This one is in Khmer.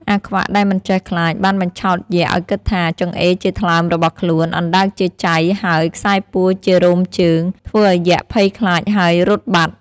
អាខ្វាក់ ដែលមិនចេះខ្លាច បានបញ្ឆោតយក្សឱ្យគិតថា ចង្អេរជាថ្លើមរបស់ខ្លួន អណ្តើកជាចៃ ហើយខ្សែពួរជា រោមជើង ធ្វើឱ្យយក្សភ័យខ្លាចហើយរត់បាត់ ។